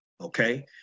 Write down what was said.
Okay